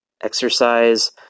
exercise